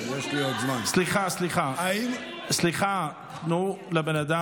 סליחה, סליחה, תנו לבן אדם להמשיך.